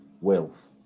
wealth